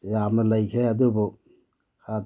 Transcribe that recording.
ꯌꯥꯝꯅ ꯂꯩꯈ꯭ꯔꯦ ꯑꯗꯨꯕꯨ